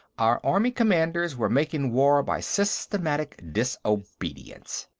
our army commanders were making war by systematic disobedience.